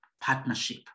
partnership